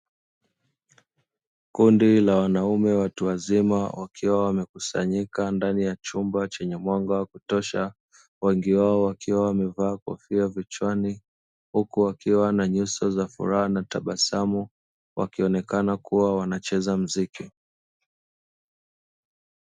Kundi la wanaume watu wazima wakiwa wamekusanyika ndani ya chumba chenye mwanga wa kutosha, wengi wao wakiwa wamevaa kofia kichwani, huku wakiwa na nyuso za furaha na tabasamu, wakionekana kuwa wanacheza mziki.